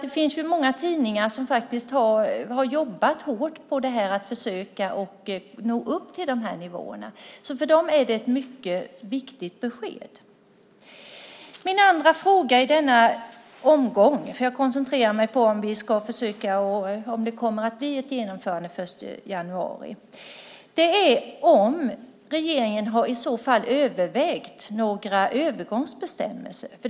Det finns många tidningar som har jobbat hårt på att försöka nå upp till de här nivåerna, och för dem är det ett mycket viktigt besked. Jag koncentrerar mig i denna omgång på om det kommer att bli ett genomförande den 1 januari. Min andra fråga är om regeringen i så fall har övervägt några övergångsbestämmelser.